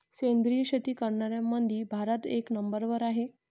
सेंद्रिय शेती करनाऱ्याईमंधी भारत एक नंबरवर हाय